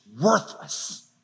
worthless